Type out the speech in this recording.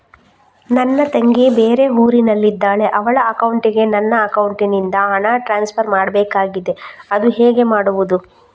ನನ್ನ ತಂಗಿ ಬೇರೆ ಊರಿನಲ್ಲಿದಾಳೆ, ಅವಳ ಅಕೌಂಟಿಗೆ ನನ್ನ ಅಕೌಂಟಿನಿಂದ ಹಣ ಟ್ರಾನ್ಸ್ಫರ್ ಮಾಡ್ಬೇಕಾಗಿದೆ, ಅದು ಹೇಗೆ ಮಾಡುವುದು?